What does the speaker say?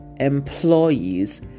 employees